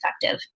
effective